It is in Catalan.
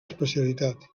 especialitat